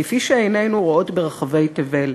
כפי שעינינו רואות ברחבי תבל,